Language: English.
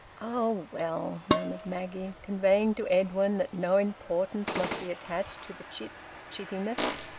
oh, well! murmured maggie, conveying to edwin that no importance must be attached to the chit's chittishness.